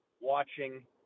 watching